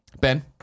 Ben